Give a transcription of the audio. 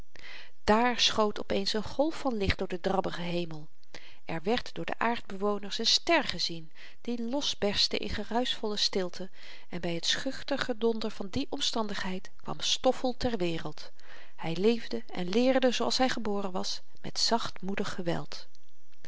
daar schoot op eens een golf van licht door den drabbigen hemel er werd door de aardbewoners een ster gezien die losberstte in geruischvolle stilte en by het schuchter gedonder van die omstandigheid kwam stoffel ter wereld hy leefde en leerde zooals hy geboren was met zachtmoedig geweld